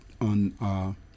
on